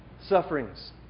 sufferings